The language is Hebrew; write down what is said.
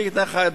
אדוני היושב-ראש,